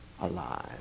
alive